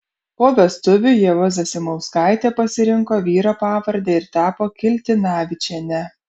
po vestuvių ieva zasimauskaitė pasirinko vyro pavardę ir tapo kiltinavičiene